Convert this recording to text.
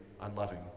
unloving